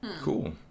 Cool